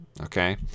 Okay